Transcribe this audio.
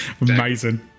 Amazing